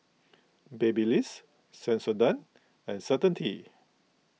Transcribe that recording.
Babyliss Sensodyne and Certainty